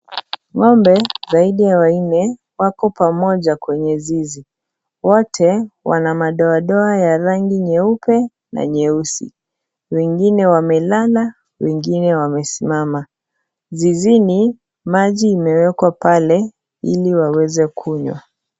Ngombe zaidi ya wanne wako pamoja kwenye zizi , wote wana madoadoa ya rangi nyeupe na nyeusi wengine wamelala wengne wamesimama , zizini maji imewekwa pale ili waweze kunywa .